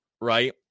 right